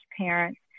parents